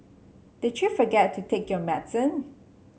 did you forget to take your medicine